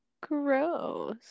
gross